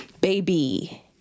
baby